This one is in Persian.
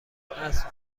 اسب